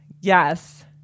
yes